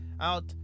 out